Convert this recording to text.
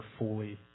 fully